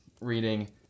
reading